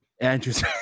Andrew's